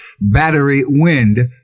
battery-wind